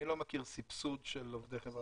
אני לא מכיר סבסוד של עובדי חברת חשמל.